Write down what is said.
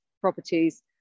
properties